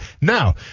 Now